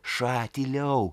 ša tyliau